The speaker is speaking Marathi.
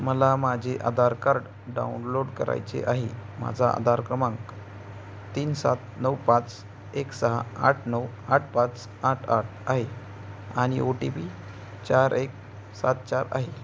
मला माझे आधार कार्ड डाउनलोड करायचे आहे माझा आधार क्रमांक तीन सात नऊ पाच एक सहा आठ नऊ आठ पाच आठ आठ आहे आणि ओ टी पी चार एक सात चार आहे